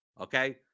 okay